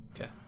okay